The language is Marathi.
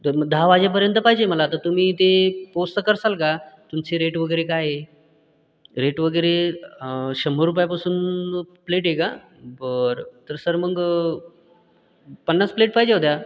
तर मग दहा वाजेपर्यंत पाहिजे मला तर तुम्ही ते पोचतं करसाल का तुमचे रेट वगैरे काय आहे रेट वगैरे शंभर रुपयापासून प्लेट आहे का बर तर सर मग पन्नास प्लेट पाहिजे होत्या